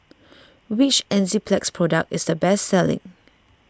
which Enzyplex product is the best selling